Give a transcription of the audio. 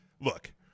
Look